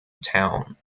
town